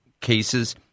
cases